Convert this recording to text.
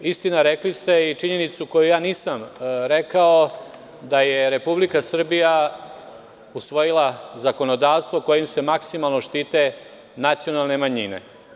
Istina rekli ste i činjenicu koju ja nisam rekao, da je Republika Srbija usvojila zakonodavstvo kojim se maksimalno štite nacionalne manjine.